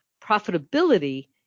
Profitability